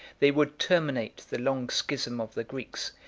they would terminate the long schism of the greeks,